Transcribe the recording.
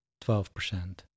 12%